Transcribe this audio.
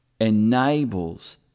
enables